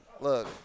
Look